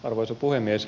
arvoisa puhemies